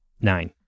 Nine